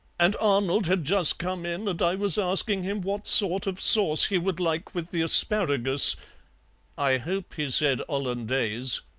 and arnold had just come in, and i was asking him what sort of sauce he would like with the asparagus i hope he said hollandaise,